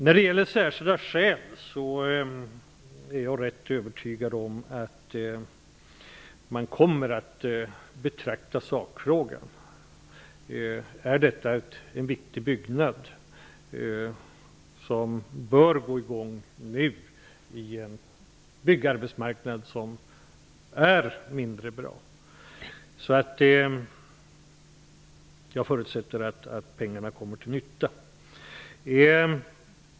När det gäller hänsynen till särskilda skäl är jag rätt övertygad om att man kommer att se till sakfrågan, huruvida det är fråga om ett viktigt bygge som bör sättas i gång nu, på en byggarbetsmarknad som är mindre god. Jag förutsätter alltså att pengarna kommer till nytta.